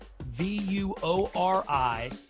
V-U-O-R-I